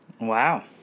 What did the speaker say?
Wow